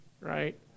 right